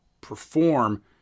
perform